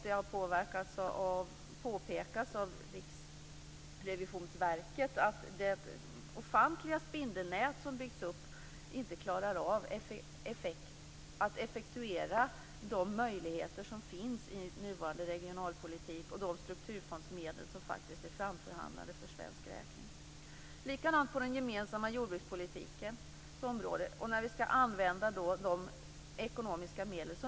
Det har påpekats av Riksrevisionsverket att det ofantliga spindelnät som byggts upp inte klarar av att effektuera de möjligheter som finns i nuvarande regionalpolitik och göra något av de strukturfondsmedel som faktiskt är framförhandlade för svensk räkning. Det är likadant på den gemensamma jordbrukspolitikens område. Vi är i stort behov av de ekonomiska medlen.